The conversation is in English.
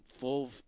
full